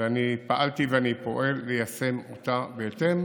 ואני פעלתי ואני פועל ליישם אותה בהתאם